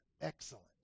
Excellent